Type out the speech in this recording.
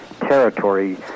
territory